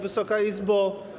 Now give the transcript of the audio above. Wysoka Izbo!